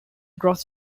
gross